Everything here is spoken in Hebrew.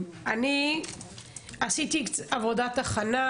עשיתי עבודת הכנה,